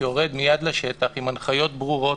שיורד מייד לשטח עם הנחיות ברורות.